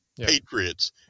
patriots